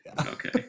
okay